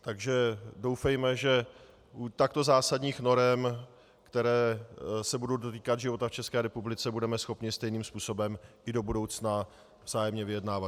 Takže doufejme, že u takto zásadních norem, které se budou dotýkat života v České republice, budeme schopni stejným způsobem i do budoucna vzájemně vyjednávat.